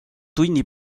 tunni